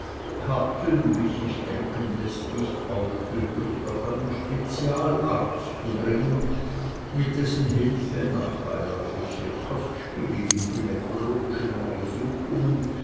hatten wie sich denken läßt nicht aufgehört auf einen spezialarzt zu dringen mit dessen hilfe nach beiläufig sehr kostspieligen gynäkologischen untersuchungen